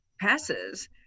passes